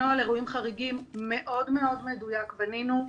נוהל אירועים חריגים מאוד מדויק בנינו,